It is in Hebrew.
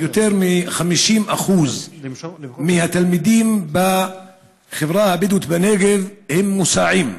יותר מ-50% מהתלמידים בחברה הבדואית בנגב מוסעים.